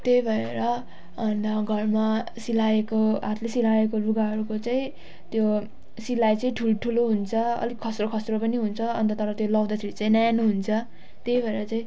त्यही भएर अन्त घरमा सिलाएको हातले सिलाएको लुगाहरूको चाहिँ त्यो सिलाइ चाहिँ ठुल्ठुलो हुन्छ अलिक खस्रो खस्रो पनि हुन्छ अन्त तर त्यो लाउँदाखेरि चाहिँ न्यानो हुन्छ त्यही भएर चाहिँ